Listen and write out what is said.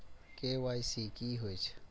KYC की हे छे?